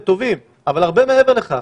על --- זו המטרה שלך.